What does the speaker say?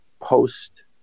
post